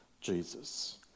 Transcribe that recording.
Jesus